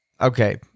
Okay